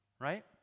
Right